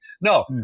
No